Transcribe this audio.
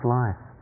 life